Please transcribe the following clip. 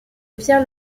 pierre